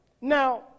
Now